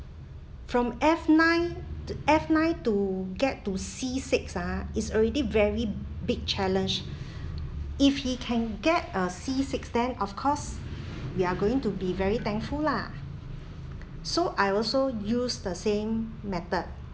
from F nine F nine to get to C six ah is already very big challenge if he can get a C six then of course we are going to be very thankful lah so I also use the same method but